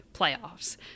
playoffs